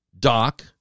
Doc